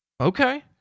Okay